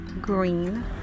green